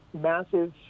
massive